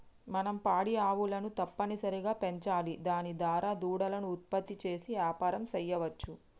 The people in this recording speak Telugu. మనం పాడి ఆవులను తప్పనిసరిగా పెంచాలి దాని దారా దూడలను ఉత్పత్తి చేసి యాపారం సెయ్యవచ్చు